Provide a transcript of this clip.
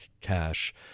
cash